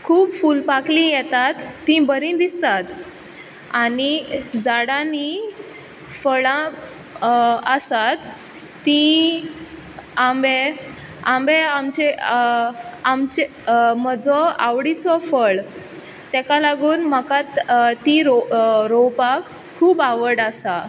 खूब फुलपाखली येतात तीं बरीं दिसतात आनी झाडांनी फळां आसात तीं आंबें आंबें आमचें आमचे म्हजो आवडीचो फळ तेका लागून म्हाका तीं रोंव रोंवपाक खूब आवड आसा